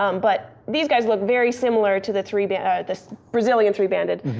um but these guys look very similar to the three-banded the brazilian three-banded.